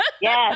yes